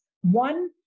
One